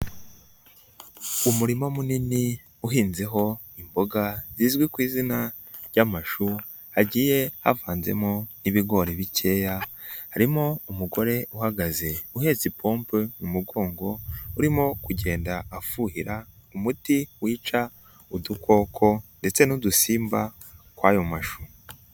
Umurima munini uhinze ho imboga zizwi ku izina ry'amashu hagiye havanzemo n'ibigori bikeya, harimo umugore uhagaze uhetse ipompo mu mugongo urimo kugenda afuhira umuti wica udukoko ndetse n'udusimba kw'ayo mashu.